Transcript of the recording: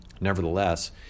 Nevertheless